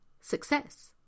success